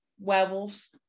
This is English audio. werewolves